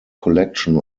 collection